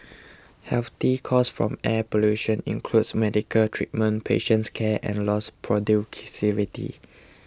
health costs from air pollution includes medical treatment patients care and lost productivity